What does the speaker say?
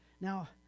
Now